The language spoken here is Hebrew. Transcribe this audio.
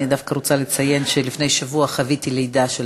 אני דווקא רוצה לציין שלפני שבוע חוויתי לידה,